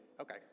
Okay